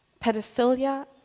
pedophilia